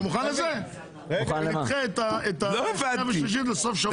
אתה מוכן לכך שנדחה את הקריאה השנייה והשלישית לסוף שבוע הבא?